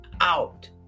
out